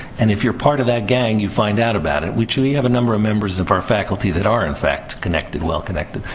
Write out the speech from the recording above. and, if you're part of that gang, you find out about it. we truly have a number of members of our faculty that are, in fact, well connected.